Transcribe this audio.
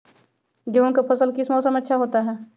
गेंहू का फसल किस मौसम में अच्छा होता है?